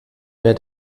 mehr